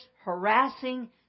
harassing